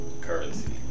currency